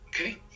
Okay